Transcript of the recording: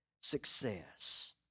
success